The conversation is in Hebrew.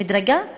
מִדרגה?